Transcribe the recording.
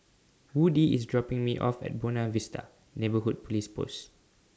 Woodie IS dropping Me off At Buona Vista Neighbourhood Police Post